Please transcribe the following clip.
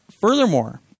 Furthermore